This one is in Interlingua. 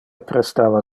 prestava